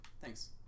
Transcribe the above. thanks